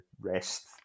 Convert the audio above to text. rest